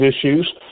issues